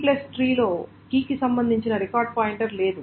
B tree లో కీకి సంబంధించిన రికార్డ్ పాయింటర్ లేదు